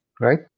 right